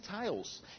tales